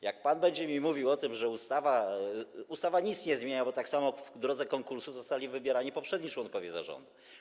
Jak pan będzie mi mówił o tym, że ustawa nic nie zmienia, bo tak samo w drodze konkursu byli wybierani poprzedni członkowie zarządu.